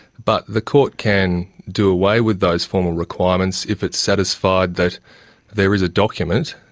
but the court can do away with those formal requirements if it's satisfied that there is a document,